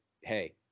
hey